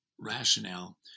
rationale